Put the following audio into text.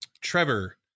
Trevor